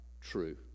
true